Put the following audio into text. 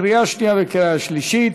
לקריאה שנייה וקריאה שלישית.